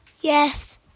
Yes